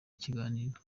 ikiganiro